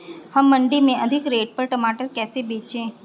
हम मंडी में अधिक रेट पर टमाटर कैसे बेचें?